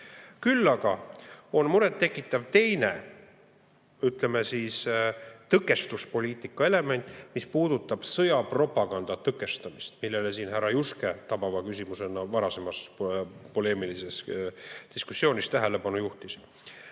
Küll aga on muret tekitav teine, ütleme, tõkestuspoliitika element, mis puudutab sõjapropaganda tõkestamist, millele härra Juske tabava küsimusega varasemas poleemilises diskussioonis tähelepanu juhtis.